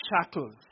shackles